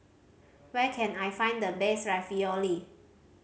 where can I find the best Ravioli